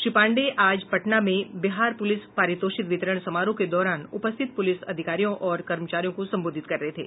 श्री पांडेय आज पटना में बिहार पुलिस पारितोषित वितरण समारोह के दौरान उपस्थित पुलिस अधिकारियों और कर्मचारियों को संबोधित कर रहे थे